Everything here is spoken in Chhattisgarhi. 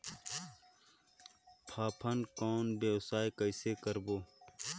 फाफण कौन व्यवसाय कइसे करबो?